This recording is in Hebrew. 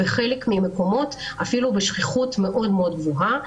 ובחלק מהמקומות אפילו בשכיחות מאוד מאוד גבוהה.